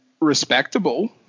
respectable